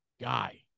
guy